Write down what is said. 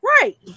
right